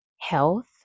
health